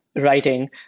writing